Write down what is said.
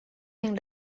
yang